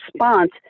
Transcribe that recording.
response